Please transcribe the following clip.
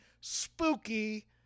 spooky